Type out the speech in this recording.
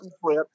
flip